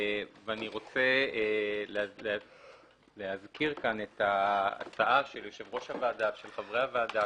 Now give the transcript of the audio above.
אני רוצה להזכיר כאן את ההצעה של יושב-ראש הוועדה ושל חברי הוועדה,